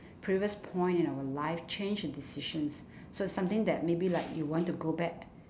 previous point in our life change a decisions so it's something that maybe like you want to go back